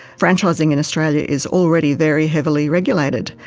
franchising in australia is already very heavily regulated,